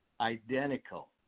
identical